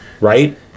right